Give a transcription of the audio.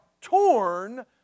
torn